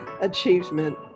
achievement